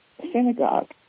synagogue